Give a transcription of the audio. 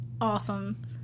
awesome